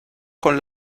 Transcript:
con